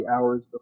hours